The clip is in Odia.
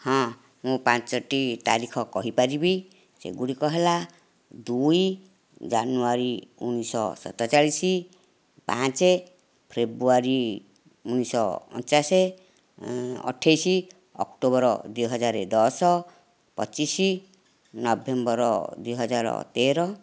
ହଁ ମୁଁ ପାଞ୍ଚୋଟି ତାରିଖ କହିପାରିବି ସେଗୁଡ଼ିକ ହେଲା ଦୁଇ ଜାନୁଆରୀ ଉଣେଇଶହ ସତଚାଳିଶ ପାଞ୍ଚ ଫେବୃଆରୀ ଉଣେଇଶହ ଅଣଚାଶ ଆଠେଇଶ ଅକ୍ଟୋବର ଦୁଇ ହଜାର ଦଶ ପଚିଶ ନଭେମ୍ବର ଦୁଇ ହଜାର ତେର